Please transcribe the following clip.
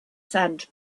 sand